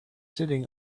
sitting